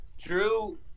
Drew